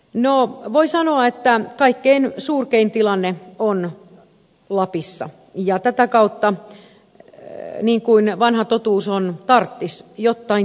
no voi sanoa että kaikkein surkein tilanne on lapissa ja tätä kautta niin kuin vanha totuus on tarttis jottain tehrä